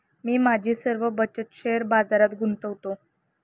मी माझी सर्व बचत शेअर बाजारात गुंतवतो